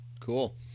Cool